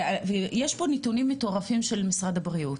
ויש פה נתונים מטורפים של משרד הבריאות,